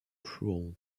cruel